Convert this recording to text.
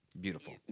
beautiful